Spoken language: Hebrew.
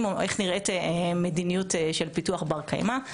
או איך נראית מדיניות של פיתוח בר קיימא.